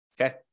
Okay